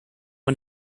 man